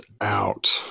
out